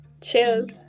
Cheers